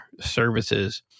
services